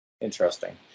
Interesting